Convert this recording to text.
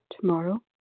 tomorrow